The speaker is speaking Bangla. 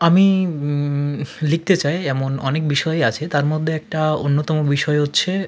আমি লিখতে চাই এমন অনেক বিষয়ই আছে তার মধ্যে একটা অন্যতম বিষয় হচ্ছে